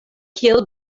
kiel